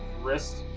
wriste.